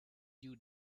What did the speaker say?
you